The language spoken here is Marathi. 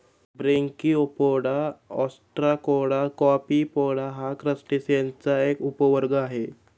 ब्रेनकिओपोडा, ऑस्ट्राकोडा, कॉपीपोडा हा क्रस्टेसिअन्सचा एक उपवर्ग आहे